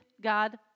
God